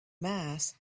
mass